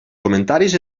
comentaris